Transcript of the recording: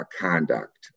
conduct